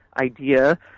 idea